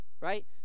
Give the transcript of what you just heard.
right